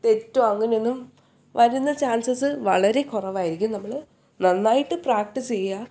തെറ്റോ അങ്ങനെയൊന്നും വരുന്ന ചാൻസസ് വളരെ കുറവായിരിക്കും നമ്മൾ നന്നായിട്ട് പ്രാക്റ്റീസ് ചെയ്യുക